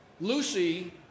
Lucy